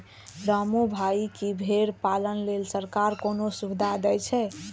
रामू भाइ, की भेड़ पालन लेल सरकार कोनो सुविधा दै छै?